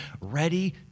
ready